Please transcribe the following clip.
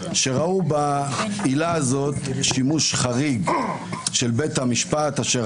שראו בעילה הזאת שימוש חריג של בית המשפט אשר